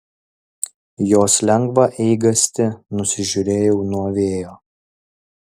jos lengvą eigastį nusižiūrėjau nuo vėjo